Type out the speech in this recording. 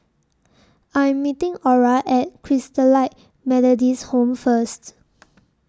I Am meeting Orah At Christalite Methodist Home First